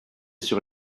sur